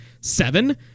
seven